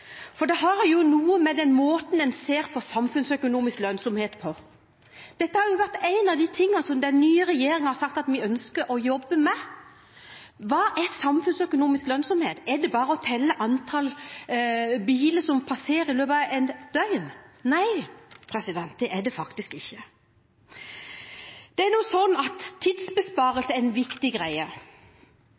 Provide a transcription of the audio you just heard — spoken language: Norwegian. For det har jo noe med den måten en ser på samfunnsøkonomisk lønnsomhet på. Dette har vært noe av det som den nye regjeringen har sagt at den ønsker å jobbe med: Hva er samfunnsøkonomisk lønnsomhet? Er det bare å telle antall biler som passerer i løpet av et døgn? Nei, det er det faktisk ikke. Det er nå engang sånn at tidsbesparelse er en viktig greie.